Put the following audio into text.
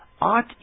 ought